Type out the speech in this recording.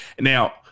Now